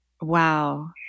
Wow